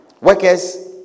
Workers